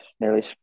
nearly